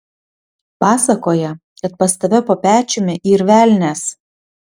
pasakoja kad pas tave po pečiumi yr velnias